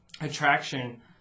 attraction